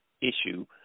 issue